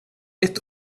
ett